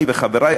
אני וחברי,